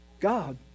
God